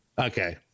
Okay